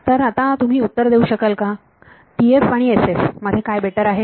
तर आता तुम्ही उत्तर देऊ शकाल का TF आणि SF मध्ये काय बेटर आहे